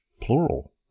plural